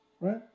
right